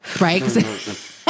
Right